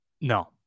No